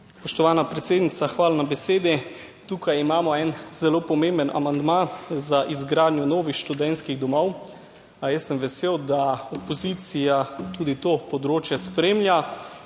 Spoštovana predsednica, hvala na besedi. Tukaj imamo en zelo pomemben amandma za izgradnjo novih študentskih domov. Jaz sem vesel, da opozicija tudi to področje spremlja.